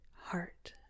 heart